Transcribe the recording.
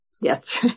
Yes